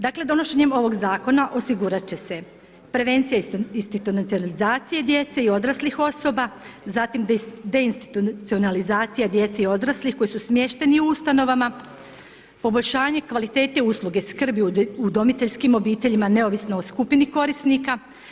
Dakle, donošenjem ovog zakona osigurat će se prevencija institucionalizacije djece i odraslih osoba, zatim, deinstitucionalizacija djece o odraslih koji su smješteni u ustanovama, poboljšanje kvalitete usluge skrbi udomiteljskim obiteljima neovisno o skupini korisnika.